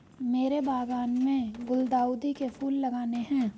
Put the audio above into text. मेरे बागान में गुलदाउदी के फूल लगाने हैं